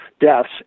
deaths